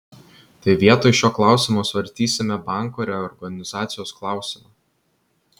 tai vietoj šio klausimo svarstysime banko reorganizacijos klausimą